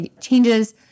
changes